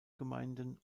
gemeinden